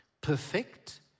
Perfect